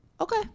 Okay